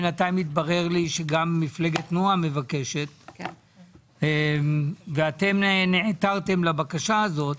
בינתיים התברר לי שגם מפלגת נעם מבקשת ואתם נעתרתם לבקשה הזאת.